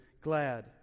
glad